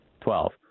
Twelve